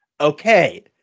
Okay